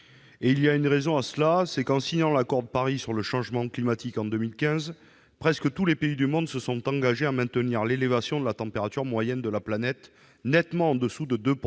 sont aussi nombreux, c'est parce qu'en signant l'accord de Paris sur le changement climatique en 2015 presque tous les pays du monde se sont engagés à maintenir l'élévation de la température moyenne de la planète nettement au-dessous de 2